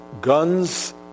guns